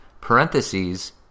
parentheses